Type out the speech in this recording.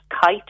kite